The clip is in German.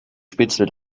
spitzel